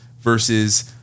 versus